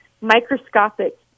microscopic